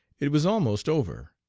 it was almost over,